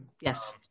Yes